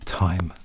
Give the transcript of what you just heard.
time